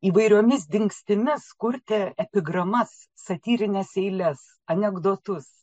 įvairiomis dingstimis kurti epigramas satyrines eiles anekdotus